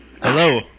Hello